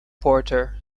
porter